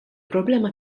problema